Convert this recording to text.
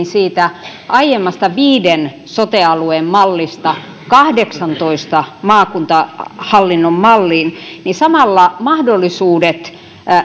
siitä aiemmasta viiden sote alueen mallista kahdeksantoista maakuntahallinnon malliin niin samalla vaikeutuivat mahdollisuudet